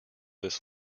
this